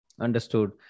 understood